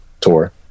tour